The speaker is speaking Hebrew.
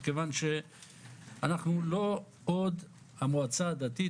מכיוון שאנחנו לא עוד המועצה הדתית.